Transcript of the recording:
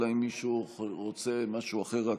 אלא אם כן מישהו רוצה משהו אחר,